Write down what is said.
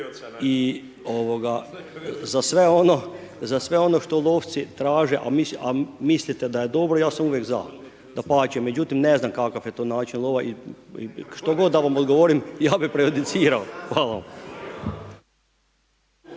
za sve ono što lovci traže, a mislite da je dobro ja sam uvijek za, dapače, međutim ne znam kakav je to način lova i što god da vam odgovorim ja bi prejudiciral, hvala vam.